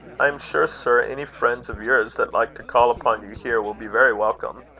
i am sure, sir, any friends of yours that like to call upon you here, will be very welcome.